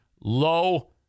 Low